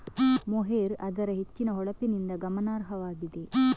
mohair ಅದರ ಹೆಚ್ಚಿನ ಹೊಳಪಿನಿಂದ ಗಮನಾರ್ಹವಾಗಿದೆ